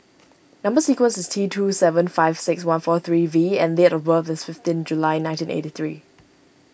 Number Sequence is T two seven five six one four three V and date of birth is fifteen July nineteen eighty three